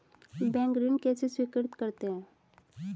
Bank ऋण कैसे स्वीकृत करते हैं?